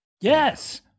Yes